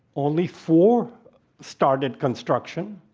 only four started construction.